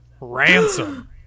Ransom